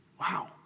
Wow